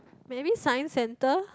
maybe Science Center